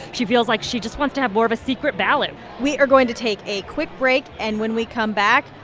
she feels like she just wants to have more of a secret ballot we are going to take a quick break. and when we come back,